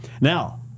Now